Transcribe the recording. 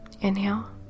Inhale